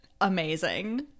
Amazing